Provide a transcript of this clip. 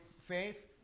faith